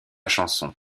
chanson